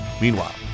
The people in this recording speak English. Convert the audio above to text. Meanwhile